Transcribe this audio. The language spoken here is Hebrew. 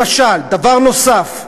למשל, דבר נוסף,